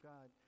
God